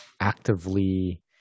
actively